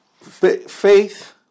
faith